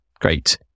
Great